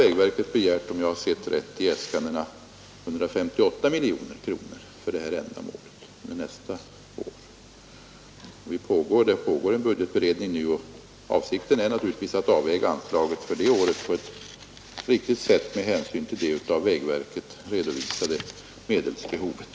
Vägverket har i sitt äskande för nästa år begärt 158 miljoner kronor för detta ändamål. Det pågår för närvarande en budgetberedning, och avsikten är naturligtvis att avväga anslaget för nästa år på ett riktigt sätt med hänsyn till det av vägverket angivna medelsbehovet.